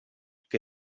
que